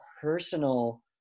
personal